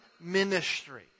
ministry